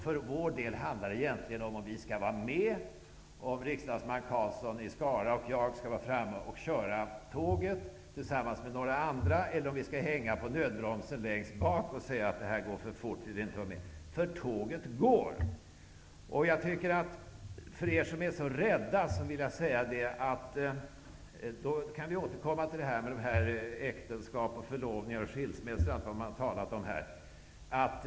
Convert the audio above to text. För vår del handlar det om huruvida vi skall vara med, om riksdagsman Karlsson i Skara och jag skall köra tåget tillsammans med några andra, eller om vi skall hänga i nödbromsen längst bak och säga att det går för fort och att vi inte vill vara med. Tåget går. Till er som är så rädda vill jag säga att vi kan återkomma till äktenskap, förlovningar, skilsmässor och allt vad man har talat om.